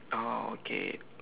oh okay